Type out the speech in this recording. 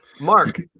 Mark